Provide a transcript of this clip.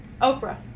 Oprah